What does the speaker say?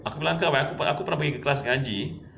aku bilang kau eh aku pernah pergi ke kelas mengaji